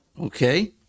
Okay